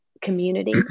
community